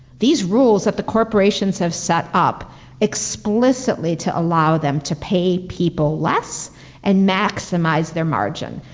these rules that the corporations have set up explicitly to allow them to pay people less and maximize their margin.